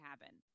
happen